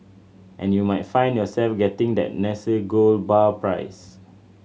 and you might find yourself getting that Nestle gold bar prize